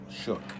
shook